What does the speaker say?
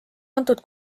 antud